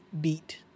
beat